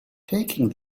taking